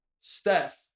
Steph